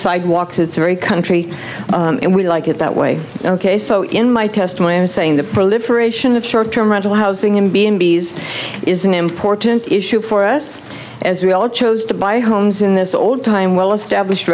sidewalks it's very country and we like it that way ok so in my testimony i was saying the proliferation of short term rental housing in b and b s is an important issue for us as we all chose to buy homes in this old time well established